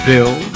Bill